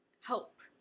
help